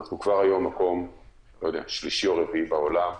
כבר היום אנחנו מקום שלישי או רביעי בעולם,